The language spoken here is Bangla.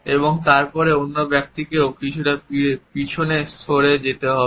এবং তারপরে অন্য ব্যক্তিকেও কিছুটা পিছনে সরে যেতে হবে